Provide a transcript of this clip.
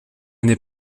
n’est